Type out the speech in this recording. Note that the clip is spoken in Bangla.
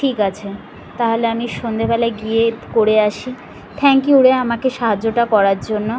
ঠিক আছে তাহলে আমি সন্ধ্যেবেলায় গিয়ে করে আসি থ্যাংক ইউ রে আমাকে সাহায্যটা করার জন্য